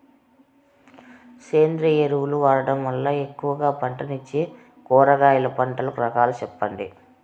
సేంద్రియ ఎరువులు వాడడం వల్ల ఎక్కువగా పంటనిచ్చే కూరగాయల పంటల రకాలు సెప్పండి?